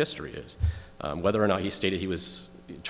history is whether or not he stated he was